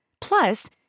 Plus